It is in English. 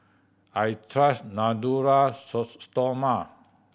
I trust Natura Stoma